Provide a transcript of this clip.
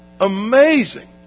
amazing